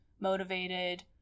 motivated